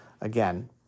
again